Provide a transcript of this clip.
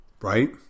right